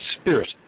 spirit